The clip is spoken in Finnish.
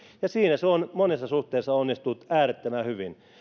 ja siinä se on monessa suhteessa onnistunut äärettömän hyvin